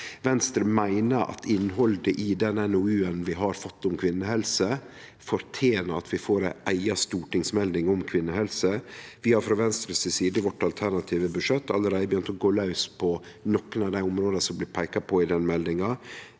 Venstre meiner at innhaldet i den NOU-en vi har fått om kvinnehelse, fortener at vi får ei eiga stortingsmelding om kvinnehelse. Vi har frå Venstre si side i vårt alternative budsjett allereie begynt å gå laus på nokre av dei områda som blir peika på i den utgreiinga: